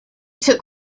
took